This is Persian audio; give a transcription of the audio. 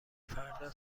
فردا